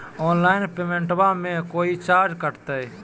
Online पेमेंटबां मे कोइ चार्ज कटते?